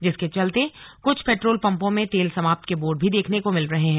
जिसके चलते कुछ पेट्राल पंपों में तेल समाप्त के बोर्ड भी देखने को मिल रहे हैं